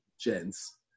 gents